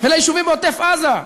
וליישובים בעוטף-עזה,